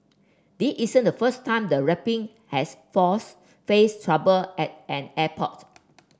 this isn't the first time the rapping has force faced trouble at an airport